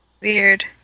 Weird